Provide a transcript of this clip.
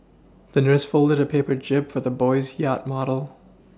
the nurse folded a paper jib for the boy's yacht model